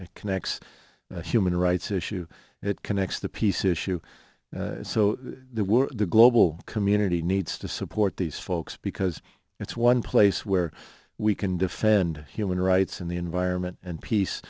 it connects human rights issue it connects the peace issue so they were the global community needs to support these folks because it's one place where we can defend human rights and the environment and peace